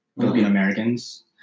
filipino-americans